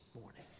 morning